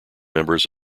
members